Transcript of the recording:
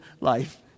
life